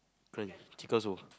crunch chicken also